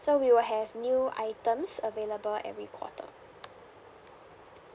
so we will have new items available every quarter